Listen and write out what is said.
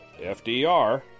FDR